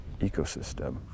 ecosystem